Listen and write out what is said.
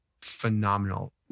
phenomenal